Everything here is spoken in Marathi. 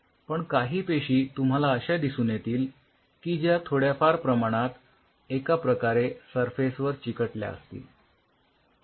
पण काही पेशी तुम्हाला अश्या दिसून येतील की ज्या थोड्याफार प्रमाणात एका प्रकारे सरफेस वर चिकटल्या असतील